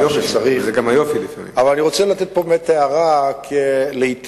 זו דרכו של פרלמנט וככה צריך.